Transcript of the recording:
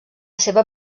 seva